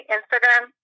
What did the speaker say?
Instagram